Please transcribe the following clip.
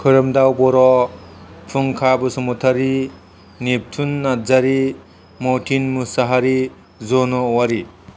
खोरोमदाव बर' फुंखा बसुमतारि निबथुन नारजारी मथिन मोसाहारी जन' औवारि